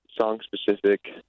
song-specific